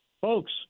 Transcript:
folks